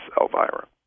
Elvira